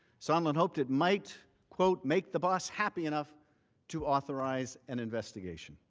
sondland hoped it might quote make the boss happy enough to authorize an investigation.